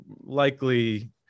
likely